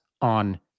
on